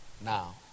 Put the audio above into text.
now